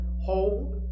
hold